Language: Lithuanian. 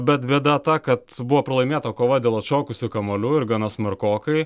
bet bėda ta kad buvo pralaimėta kova dėl atšokusių kamuolių ir gana smarkokai